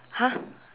!huh!